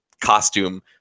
costume